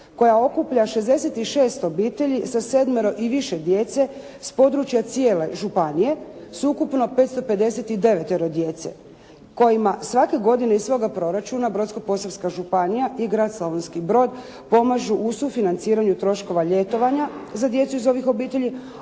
koja okuplja 66 obitelji sa sedmero i više djece s područja cijele županije s ukupno 559 djece kojima svake godine iz svoga proračuna Brodsko-posavska županija i grad Slavonski Brod pomažu u sufinanciranju troškova ljetovanja za djecu iz ovih obitelji,